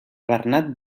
bernat